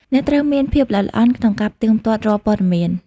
អ្នកត្រូវមានភាពល្អិតល្អន់ក្នុងការផ្ទៀងផ្ទាត់រាល់ព័ត៌មាន។